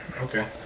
Okay